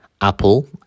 apple